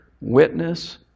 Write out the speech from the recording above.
witness